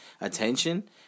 attention